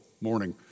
morning